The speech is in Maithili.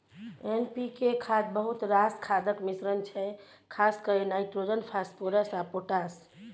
एन.पी.के खाद बहुत रास खादक मिश्रण छै खास कए नाइट्रोजन, फास्फोरस आ पोटाश